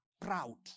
proud